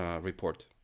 report